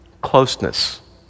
closeness